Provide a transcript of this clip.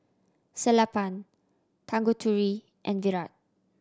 Sellapan Tanguturi and Virat